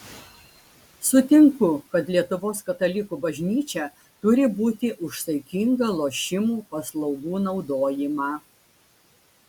sutinku kad lietuvos katalikų bažnyčia turi būti už saikingą lošimų paslaugų naudojimą